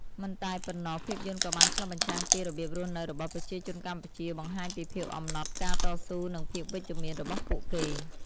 មិនតែប៉ុណ្ណោះ ភាពយន្តក៏បានឆ្លុះបញ្ចាំងពី របៀបរស់នៅរបស់ប្រជាជនកម្ពុជា បង្ហាញពីភាពអំណត់ ការតស៊ូ និងភាពវិជ្ជមានរបស់ពួកគេ។